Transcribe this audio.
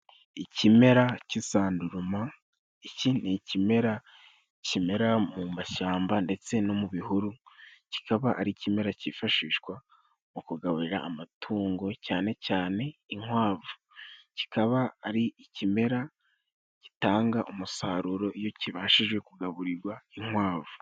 Ikimera cy'isanduruma, iki ni ikimera kimera mu mashyamba ndetse no mu bihuru, kikaba ari ikimera cyifashishwa mu kugabururira amatungo, cyane cyane inkwavu. Kikaba ari ikimera gitanga umusaruro, iyo kibashije kugaburirwa inkwavu.